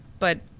but,